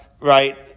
right